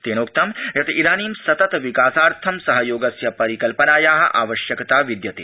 तेनोक्त यत् इदानीं सतत विकासार्थं सहयोगस्य परिकल्पनाया वश्यकता विद्यते